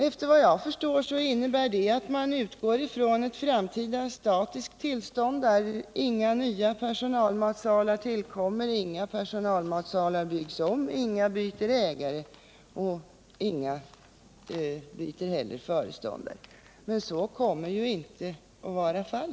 Efter vad jag förstår innebär det att man utgår från ett framtida statiskt tillstånd, där inga nya personalmatsalar tillkommer, inga personalmatsalar byggs om och inga byter ägare eller föreståndare. Så kommer det ju inte att bli.